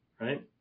Right